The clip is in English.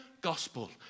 gospel